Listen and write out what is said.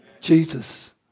Jesus